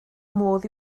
modd